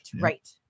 right